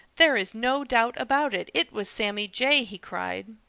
there is no doubt about it, it was sammy jay! he cried.